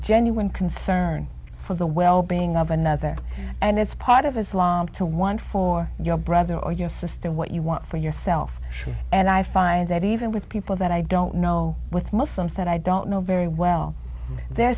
genuine concern for the well being of another and it's part of islam to want for your brother or your sister what you want for yourself and i find that even with people that i don't know with muslims that i don't know very well the